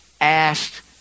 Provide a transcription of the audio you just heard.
asked